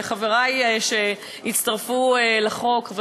וחברי שהצטרפו לחוק,